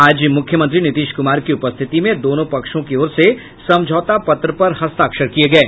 आज मुख्यमंत्री नीतीश कुमार की उपस्थिति में दोनों पक्षों की ओर से समझौता पत्र पर हस्ताक्षर किये गये